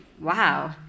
wow